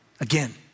Again